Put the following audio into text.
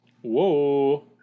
Whoa